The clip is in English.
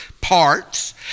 parts